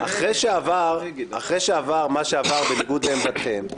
אחרי שעבר מה שעבר בניגוד לעמדתכם,